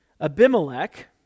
Abimelech